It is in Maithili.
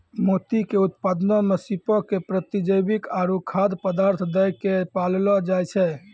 मोती के उत्पादनो मे सीपो के प्रतिजैविक आरु खाद्य पदार्थ दै के पाललो जाय छै